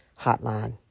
hotline